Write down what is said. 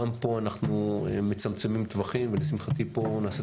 גם פה אנחנו מצמצמים טווחים ולשמחתי פה נעשית